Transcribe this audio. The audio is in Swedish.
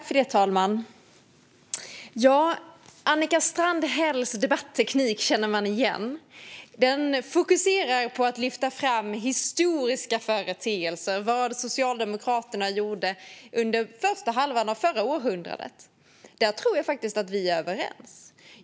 Fru talman! Annika Strandhälls debatteknik känner man igen. Den fokuserar på att lyfta fram historiska företeelser. När det gäller vad Socialdemokraterna gjorde under första halvan av förra århundradet tror jag faktiskt att vi är överens.